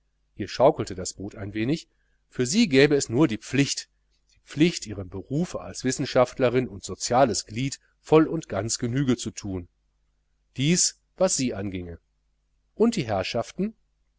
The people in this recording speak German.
hier schaukelte das boot ein wenig für sie gäbe es nur die pflicht die pflicht ihrem berufe als wissenschaftlerin und soziales glied voll und ganz genüge zu tun dies was sie anginge und die herrschaften